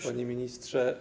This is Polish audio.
Panie Ministrze!